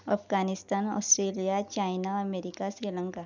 Afghanistan Australia China America Sri Lanka